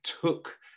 took